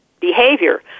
behavior